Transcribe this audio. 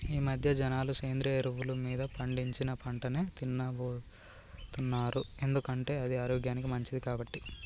ఈమధ్య జనాలు సేంద్రియ ఎరువులు మీద పండించిన పంటనే తిన్నబోతున్నారు ఎందుకంటే అది ఆరోగ్యానికి మంచిది కాబట్టి